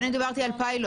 לכן אני דיברתי על פיילוט.